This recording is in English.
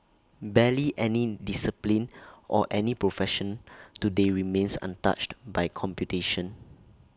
barely any discipline or any profession today remains untouched by computation